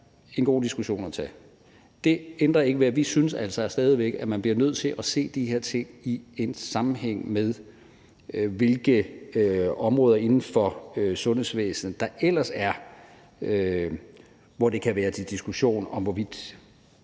en god diskussion at tage. Det ændrer ikke ved, at vi stadig væk synes, at man bliver nødt til at se de her ting i en sammenhæng med, på hvilke områder inden for sundhedsvæsenet det ellers kan være til diskussion, hvorvidt